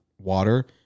water